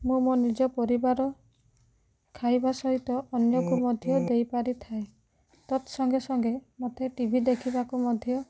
ମୁଁ ମୋ ନିଜ ପରିବାର ଖାଇବା ସହିତ ଅନ୍ୟକୁ ମଧ୍ୟ ଦେଇ ପାରିଥାଏ ତତ ସଙ୍ଗେ ସଙ୍ଗେ ମତେ ଟି ଭି ଦେଖିବାକୁ ମଧ୍ୟ